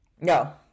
No